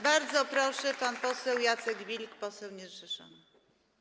Bardzo proszę, pan poseł Jacek Wilk, poseł niezrzeszony.